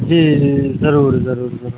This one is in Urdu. جی جی ضرور ضرور ضرور